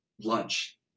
lunch